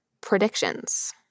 predictions